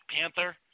Panther